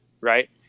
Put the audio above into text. right